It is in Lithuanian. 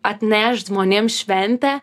atnešt žmonėm šventę